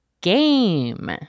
GAME